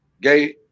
gay